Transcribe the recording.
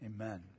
Amen